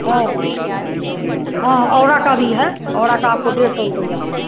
हाँ हाँ और का भी है औरा का आपको डेढ़ सौ रुपैया होगा